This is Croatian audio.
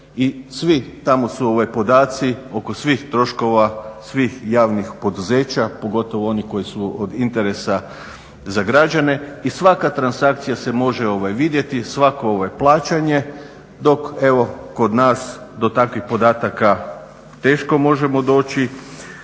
svi tamo su podaci oko svih troškova svih javnih poduzeća, pogotovo oni koji su od interesa za građane i svaka transakcija se može vidjeti, svako plaćanje, dok evo kod nas do takvih podataka teško možemo doći.